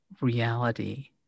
reality